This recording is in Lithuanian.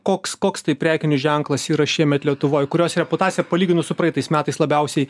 koks koks prekinis ženklas yra šiemet lietuvoj kurios reputacija palyginus su praeitais metais labiausiai